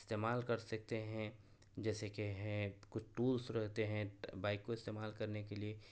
استعمال کر سکتے ہیں جیسے کہ ہیں کچھ ٹولس رہتے ہیں بائک کو استعمال کرنے کے لیے